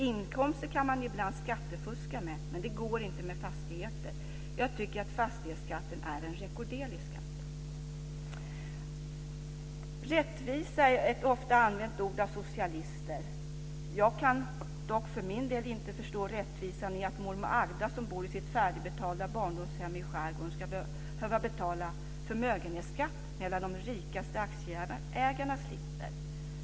- Inkomster kan man ibland skattefuska med, men det går inte med fastigheter. Jag tycker att fastighetsskatten är en rekorderlig skatt." Rättvisa är ett av socialister ofta använt ord. Jag kan dock för min del inte förstå rättvisan i att mormor Agda som bor i sitt färdigbetalda barndomshem i skärgården ska behöva betala förmögenhetsskatt medan de rikaste aktieägarna slipper.